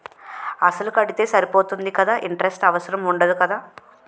అసలు కడితే సరిపోతుంది కదా ఇంటరెస్ట్ అవసరం ఉండదు కదా?